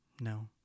No